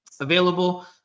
available